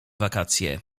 wakacje